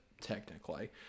Technically